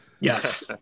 Yes